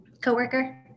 Co-worker